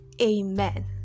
amen